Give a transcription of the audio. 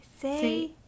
Say